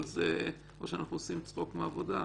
או שאנחנו עושים צחוק מהעבודה,